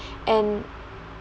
and